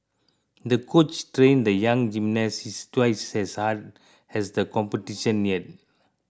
the coach trained the young gymnast twice as hard as the competition neared